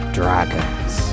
dragons